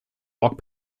walk